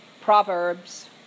Proverbs